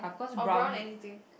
or brown anything